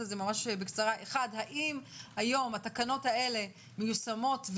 האם היום התקנות האלה מיושמות,